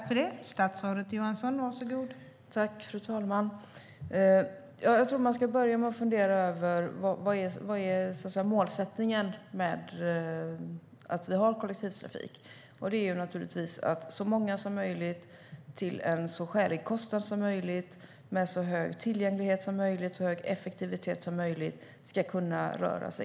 Fru talman! Jag tror att man ska börja med att fundera över vad det är som är målsättningen med att vi har kollektivtrafik. Det är naturligtvis att så många som möjligt, till en så skälig kostnad som möjligt, med så hög tillgänglighet som möjligt och med så hög effektivitet som möjligt ska kunna röra sig.